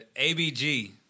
ABG